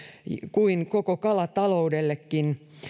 kuin koko kalataloudellekin